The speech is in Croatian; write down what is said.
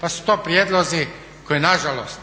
Pa su to prijedlozi koji nažalost